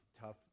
tough